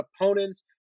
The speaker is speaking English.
opponents